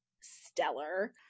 stellar